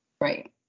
Right